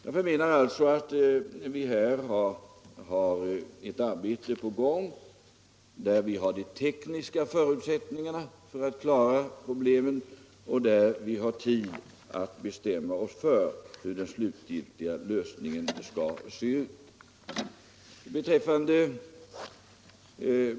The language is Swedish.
Jag menar alltså att vi här har ett arbete på gång där de tekniska förutsättningarna för att klara problemen finns och där vi har tid att bestämma oss för hur den slutgiltiga lösningen skall se ut.